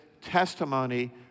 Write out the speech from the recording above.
testimony